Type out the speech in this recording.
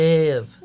Live